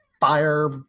fire